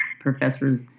professor's